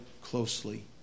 closely